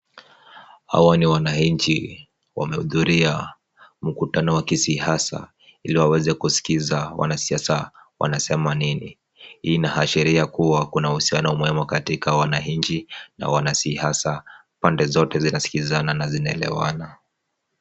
Hawa ni wananchi wamehudhuria mkutano wa kisiasa ili waweze kusikiza wanasiasa wanasema nini. Hii inaashiria kuwa kuna uhusiano mwema katika wananchi na wanasiasa. Pande zote zinasikizana na zinaelewana.